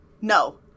No